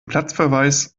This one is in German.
platzverweis